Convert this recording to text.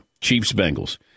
Chiefs-Bengals